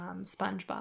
spongebob